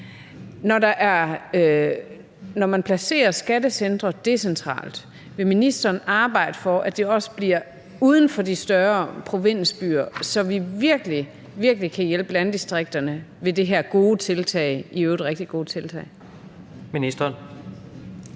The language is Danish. Når man placerer skattecentre decentralt, vil ministeren så arbejde for, at det også bliver uden for de større provinsbyer, så vi virkelig, virkelig kan hjælpe landdistrikterne ved det her i øvrigt rigtig gode tiltag? Kl.